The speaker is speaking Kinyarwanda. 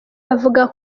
avuga